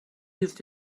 used